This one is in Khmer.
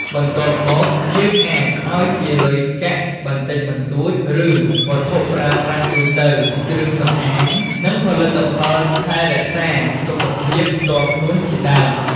បន្ទាប់មកយើងក៏អាច អោយជាលុយកាក់បន្តិចបន្តួច ឬវត្ថុប្រើប្រាស់ទូទៅ គ្រឿងសម្អាង និងផលិតផលថែរក្សាសុខភាពផ្ទាល់ខ្លួនជាដើម។